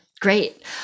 Great